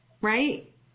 right